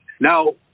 Now